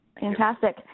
Fantastic